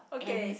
okay